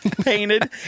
painted